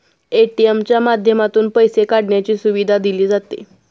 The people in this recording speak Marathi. ए.टी.एम च्या माध्यमातून पैसे काढण्याची सुविधा दिली जाते